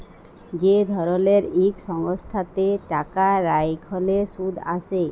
যে ধরলের ইক সংস্থাতে টাকা রাইখলে সুদ আসে